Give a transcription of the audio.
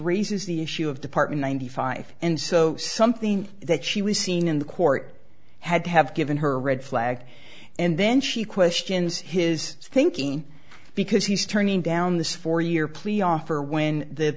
raises the issue of department ninety five and so something that she was seen in the court had to have given her a red flag and then she questions his thinking because he's turning down the search for your plea offer when the